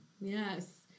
Yes